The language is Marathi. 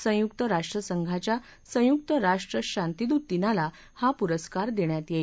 संयुकत राष्ट्र संघाच्या संयुक्त राष्ट्र शांतिदूत दिनाला हा पुरस्कार देण्यात येई